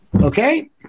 okay